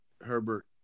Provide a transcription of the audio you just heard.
Herbert